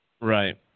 right